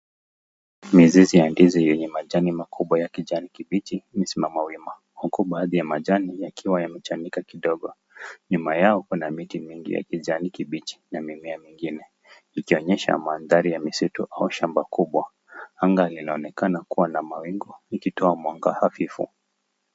Mizizi ya ndizi yenye matawi ya kijani kibichi imesimama wima huku baadhi ya majani yakiwa yamechanika kidogo, nyuma yao kuna miti mingi ya kijani kibichi yamemea ikionyesha maandhari ya misitu au shamba kubwa. Anga linaonekana kuwa na mawingu ikitoa mwanga hafifu.